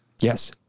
Yes